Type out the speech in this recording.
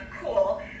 cool